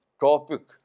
Topic